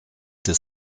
des